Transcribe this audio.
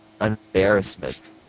embarrassment